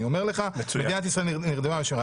אני אומר לך: מדינת ישראל נרדמה בשמירה.